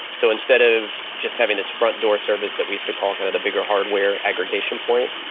so instead of just having this front door service that we used to call kind of the bigger hardware aggregation point,